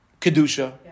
Kedusha